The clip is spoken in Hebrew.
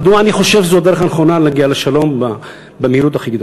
מדוע אני חושב שזאת הדרך הנכונה להגיע לשלום במהירות הכי גדולה?